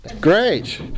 Great